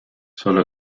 sólo